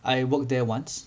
I worked there once